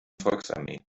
volksarmee